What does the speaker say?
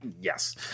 yes